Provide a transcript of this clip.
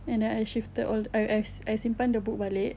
and then I shifted all the I I I simpan the book balik